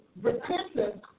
repentance